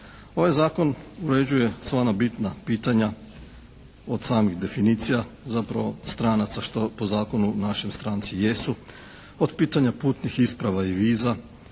Ovaj zakon uređuje sva ona bitna pitanja od samih definicija zapravo, stranaca što po zakonu našem stranci jesu. Od pitanja putnih isprava i viza,